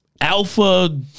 alpha